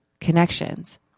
connections